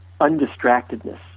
undistractedness